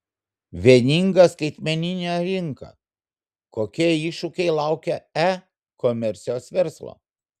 vieninga skaitmeninė rinka kokie iššūkiai laukia e komercijos verslo